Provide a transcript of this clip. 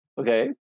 Okay